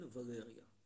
Valeria